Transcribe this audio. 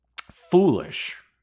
foolish